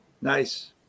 Nice